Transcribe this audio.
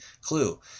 clue